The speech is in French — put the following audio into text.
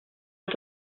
est